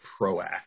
proactive